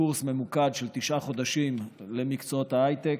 קורס ממוקד של תשעה חודשים במקצועות ההייטק,